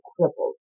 crippled